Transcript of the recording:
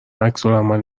عکسالعمل